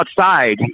outside